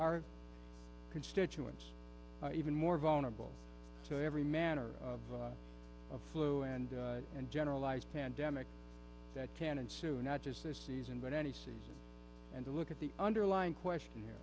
our constituents even more vulnerable so every manner of flu and and generalized pandemic that can and soon not just this season but any season and to look at the underlying question here